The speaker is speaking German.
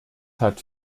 hat